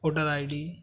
voter ID